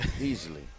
easily